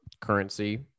currency